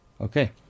Okay